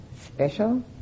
special